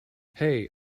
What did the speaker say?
hey